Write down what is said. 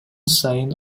сайын